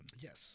Yes